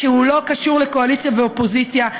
שהוא לא קשור לאופוזיציה וקואליציה,